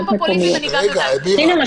גם בפוליטיקה --- מירה, רגע.